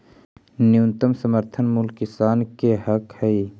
न्यूनतम समर्थन मूल्य किसान के हक हइ